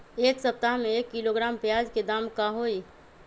एक सप्ताह में एक किलोग्राम प्याज के दाम का होई?